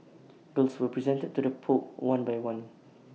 gifts were presented to the pope one by one